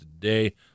today